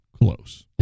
close